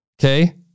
okay